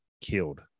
killed